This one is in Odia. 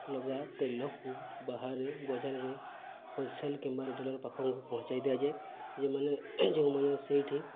ଲଗା ତେଲକୁ ବାହାରେ ବଜାରରେ ହୋଲ୍ସେଲ୍ କିମ୍ବା ରିଟେଲର୍ ପାଖକୁ ପହଞ୍ଚାଇ ଦିଆଯାଏ ଯେଉଁମାନେ ଯେଉଁମାନେ ସେଇଠି